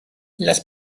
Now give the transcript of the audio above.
las